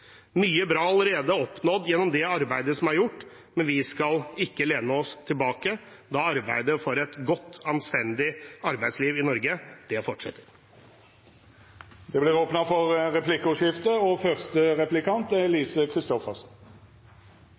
Mye bra er allerede oppnådd gjennom det arbeidet som er gjort, men vi skal ikke lene oss tilbake, da arbeidet for et godt og anstendig arbeidsliv i Norge fortsetter. Det vert replikkordskifte. Fremskrittspartiet liker å kalle seg «partiet for folk flest», til og